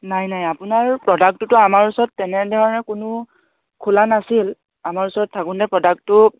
নাই নাই আপোনাৰ প্ৰডাক্টটোতো আমাৰ ওচৰত তেনেধৰণে কোনো খোলা নাছিল আমাৰ ওচৰত থাকোঁতে প্ৰডাক্টটো